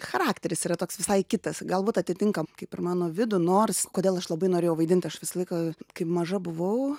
charakteris yra toks visai kitas galbūt atitinka kaip ir mano vidų nors kodėl aš labai norėjau vaidint aš visą laiką kaip maža buvau